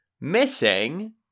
missing